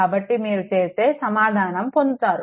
కాబట్టి మీరు చేస్తే సమాధానం పొందుతారు